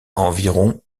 environ